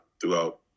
throughout